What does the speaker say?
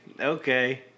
Okay